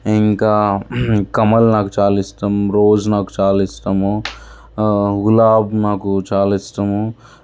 ఇంకా కమలం నాకు చాలా ఇష్టము రోజ్ నాకు చాలా ఇష్టము గులాబి నాకు చాలా ఇష్టము